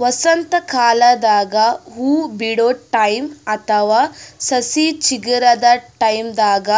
ವಸಂತಕಾಲದಾಗ್ ಹೂವಾ ಬಿಡೋ ಟೈಮ್ ಅಥವಾ ಸಸಿ ಚಿಗರದ್ ಟೈಂದಾಗ್